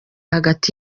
hagati